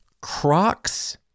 Crocs